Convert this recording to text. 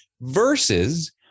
Versus